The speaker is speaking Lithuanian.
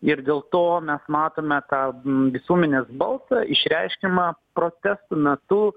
ir dėl to mes matome tą visuomenės balsą išreiškiamą protestų metu